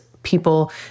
people